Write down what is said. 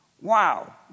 Wow